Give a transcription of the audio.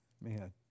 Man